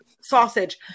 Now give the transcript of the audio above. sausage